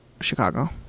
Chicago